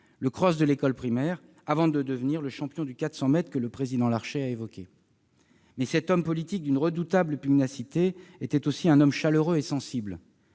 le cross de l'école primaire avant de devenir le champion de 400 mètres que vous avez évoqué, monsieur le président. Mais cet homme politique d'une redoutable pugnacité était aussi un homme chaleureux et sensible.